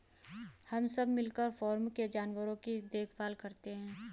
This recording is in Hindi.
हम सब मिलकर फॉर्म के जानवरों की देखभाल करते हैं